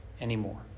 anymore